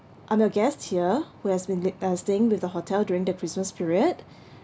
I'm your guest here who has been uh staying with the hotel during the christmas period